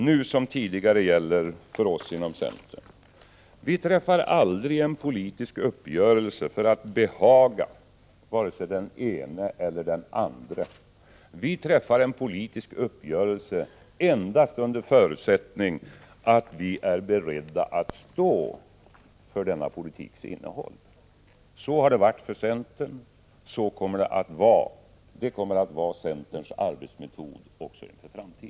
Nu som tidigare gäller för oss inom centern att vi aldrig träffar en politisk uppgörelse för att behaga vare sig den ene eller den andre. Vi träffar en politisk uppgörelse endast under förutsättning att vi är beredda att stå för denna politiks innehåll. Så har det varit inom centern, och det kommer att vara centerns arbetsmetod också inför framtiden.